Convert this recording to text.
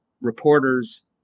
reporters